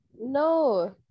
no